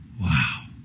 Wow